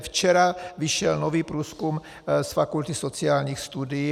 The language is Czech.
Včera vyšel nový průzkum z fakulty sociálních studií.